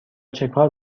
چکار